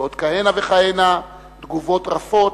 ועוד כהנה וכהנה תגובות רפות,